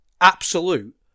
absolute